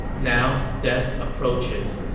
now death approaches,